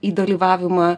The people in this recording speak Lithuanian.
į dalyvavimą